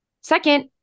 Second